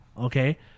okay